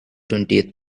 twentieth